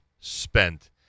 spent